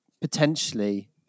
potentially